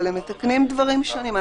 אבל הם מתקנים דברים שונים.